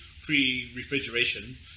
pre-refrigeration